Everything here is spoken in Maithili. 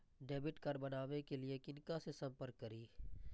डैबिट कार्ड बनावे के लिए किनका से संपर्क करी?